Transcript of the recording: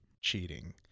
cheating